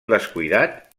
descuidat